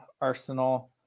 arsenal